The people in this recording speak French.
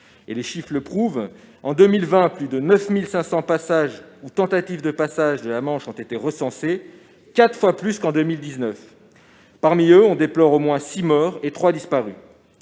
Les chiffres le prouvent : en 2020, plus de 9 500 passages ou tentatives de passage de la Manche ont été recensés, soit quatre fois plus qu'en 2019. Dans ce cadre, on déplore au moins six morts et trois disparus.